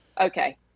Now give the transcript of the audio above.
okay